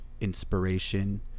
inspiration